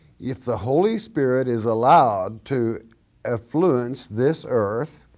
if the holy spirit is allowed to ah influence this earth,